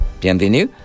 bienvenue